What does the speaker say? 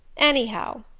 anyhow,